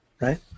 right